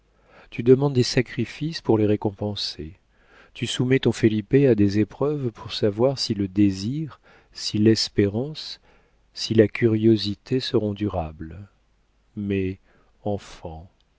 tu demandes des sacrifices pour les récompenser tu soumets ton felipe à des épreuves pour savoir si le désir si l'espérance si la curiosité seront durables mais enfant